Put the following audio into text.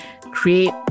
create